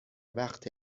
وقت